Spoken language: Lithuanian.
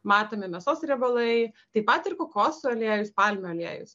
matomi mėsos riebalai taip pat ir kokosų aliejus palmių aliejus